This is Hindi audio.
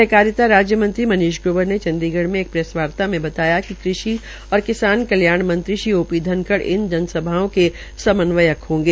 सहकारिता राज्य मंत्री मनीष ग्रोवर ने चंडीगढ़ मे एक प्रैसवार्ता में बताया कि कृषि और किसान कल्याण मत्री श्री ओ पी धनखड़ इन जनसभाओं के समन्वयक होंगे